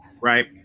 right